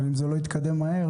אבל אם זה לא יתקדם מהר,